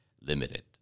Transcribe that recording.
limited